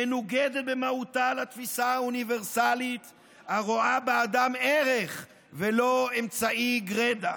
מנוגדת במהותה לתפיסה האוניברסלית הרואה באדם ערך ולא אמצעי גרידא.